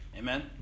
Amen